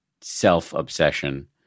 self-obsession